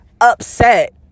upset